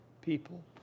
people